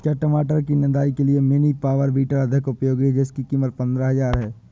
क्या टमाटर की निदाई के लिए मिनी पावर वीडर अधिक उपयोगी है जिसकी कीमत पंद्रह हजार है?